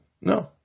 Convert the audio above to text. No